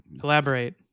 Collaborate